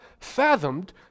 fathomed